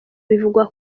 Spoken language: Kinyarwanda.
bivugwa